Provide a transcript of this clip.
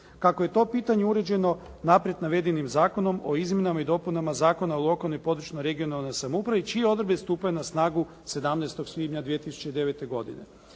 Kako je to pitanje uređeno naprijed uvedenim Zakonom o izmjenama i dopunama Zakona o lokalnoj i područnoj regionalnoj samoupravi čije odredbe stupaju na snagu 17. svibnja 2009. godine.